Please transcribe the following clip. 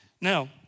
Now